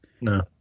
No